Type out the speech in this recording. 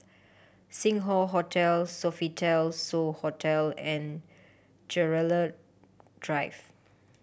Sing Hoe Hotel Sofitel So Hotel and Gerald Drive